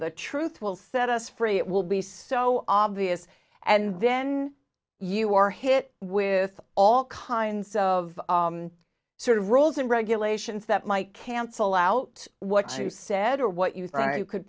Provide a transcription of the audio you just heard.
the truth will set us free it will be so obvious and then you are hit with all kinds of sort of rules and regulations that might cancel out what you said or what you